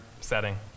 setting